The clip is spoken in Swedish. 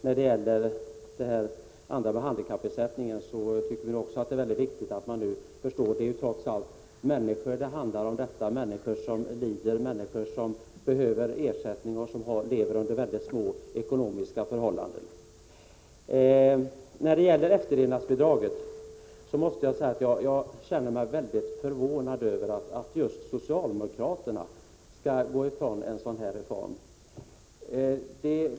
När det sedan gäller handikappersättningen är det mycket viktigt att man förstår att det trots allt handlar om människor — människor som lider, människor som behöver ersättning och som lever i mycket små ekonomiska förhållanden. Jag är mycket förvånad över att just socialdemokraterna skall gå ifrån en reform som den beträffande efterlevnadsbidraget.